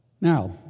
Now